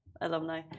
Alumni